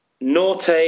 Norte